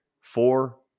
four